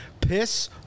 Piss